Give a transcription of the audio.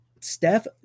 Steph